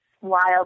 wild